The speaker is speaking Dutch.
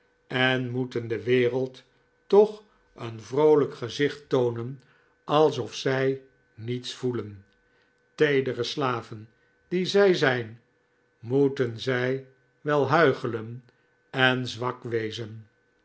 en moeten de wereld toch een vroolijk gezicht toonen alsof zij niets voelen teedere slaven die zij zijn moeten zij wel huichelen en zwak wezen